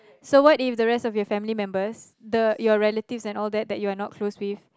so what if the rest of your family members the your relative and all that that you are no close with